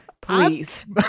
Please